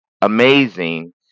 amazing